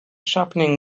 sharpening